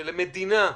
שלמדינה,